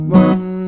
one